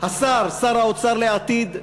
השר, שר האוצר לעתיד,